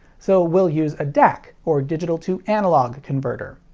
so, we'll use a dac, or digital-to-analog converter.